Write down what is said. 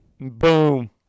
Boom